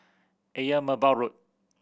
Ayer Merbau Road